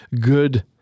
good